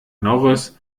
norris